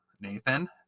Nathan